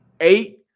eight